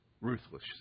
ruthless